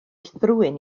thrwyn